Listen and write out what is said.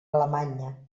alemanya